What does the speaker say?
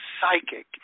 psychic